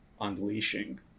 unleashing